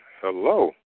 hello